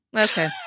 Okay